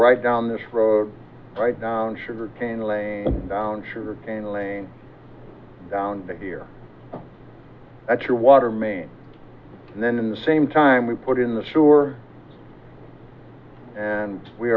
right down this road right down sugarcane laying down sugarcane lane down here at your water main and then in the same time we put in the sure and we